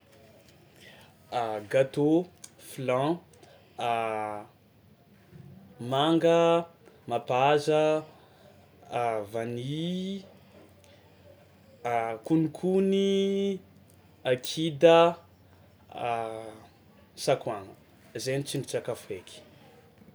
Gâteau, flan, panga, mapaza, vany, konokony, a kida, sakoagna, zay ny tsindrin-tsakafo haiky.